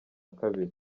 kabiri